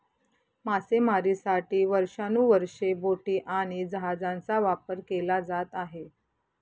मासेमारीसाठी वर्षानुवर्षे बोटी आणि जहाजांचा वापर केला जात आहे